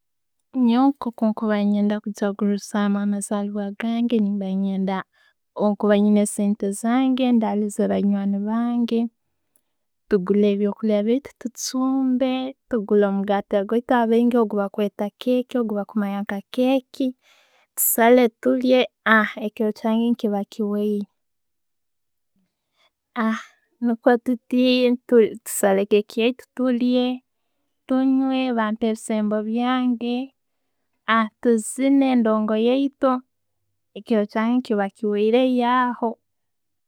Nyoowe nkokuba nenyenda kujagurizaamu amazalibwa gange, mba ne'nyenda bwenkuba ninasente zange, ndabiize banywani bange, tugure ebyo'kulya baitu, tuchumbe, tugule omugaati gwaitu, abaingi gwe bakweta cake, gwebakumanya nka cake, tusale, tulye, ekiro kyange kiba kihoire Nikwotuti, tusale cake yaitu tulye, tunywe, bampe ebisembo byange tuzine endongo yaitu, ekiro kyange kiba kihoireyo aho.